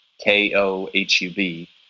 K-O-H-U-B